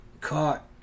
caught